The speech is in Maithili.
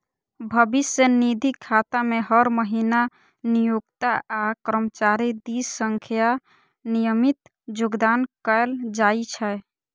भविष्य निधि खाता मे हर महीना नियोक्ता आ कर्मचारी दिस सं नियमित योगदान कैल जाइ छै